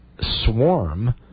swarm